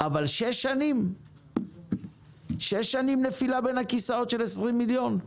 אבל שש שנים נפילה בין הכיסאות של 20 מיליון?